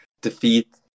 defeat